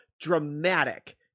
dramatic